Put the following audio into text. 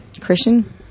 Christian